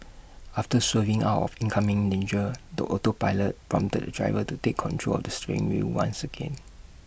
after swerving out of incoming danger the autopilot prompted the driver to take control of the steering wheel once again